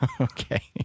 Okay